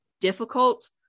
difficult